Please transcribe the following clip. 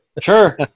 sure